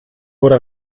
wurde